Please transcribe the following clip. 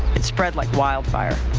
it spread like wild fire.